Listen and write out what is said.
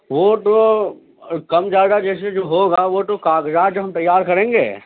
وہ تو کم زیادہ جیسے جو ہوگا وہ تو کاغذات جب ہم تیار کریں گے